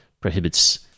prohibits